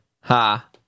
Ha